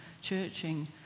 churching